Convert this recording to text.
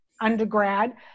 undergrad